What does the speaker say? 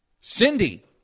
Cindy